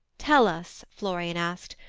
tell us florian asked,